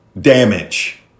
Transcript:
Damage